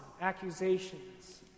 accusations